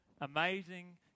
amazing